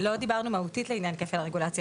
לא דיברנו מהותית לעניין כפל הרגולציה.